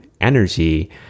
energy